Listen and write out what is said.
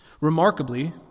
Remarkably